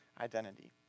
identity